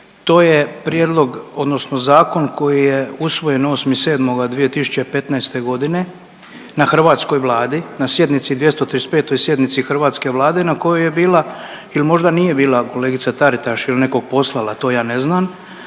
to je prijedlog odnosno zakon koji je usvojen 8.7.2015.g. na hrvatskoj Vladi, na sjednici, 235. sjednici hrvatske Vlade na kojoj je bila il možda nije bila kolegica Taritaš il je nekog poslala, to ja ne znam,